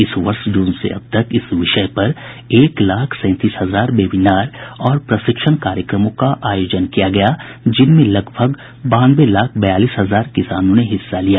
इस वर्ष जून से अब तक इस विषय पर एक लाख सैंतीस हजार वेबीनार और प्रशिक्षण कार्यक्रमों का आयोजन किया गया जिनमें लगभग बानवे लाख बयालीस हजार किसानों ने हिस्सा लिया